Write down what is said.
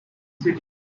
city